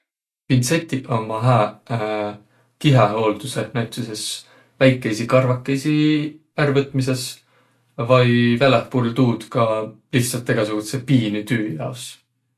Pintsetiq ummaq hääq kihähuuldusõh näütüses väikeisi karvakõisi ärqvõtmisõs. Vai välähpuul tuud ka lihtsalt egäsugudsõ piinü tüü jaos.